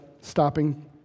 stopping